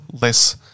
less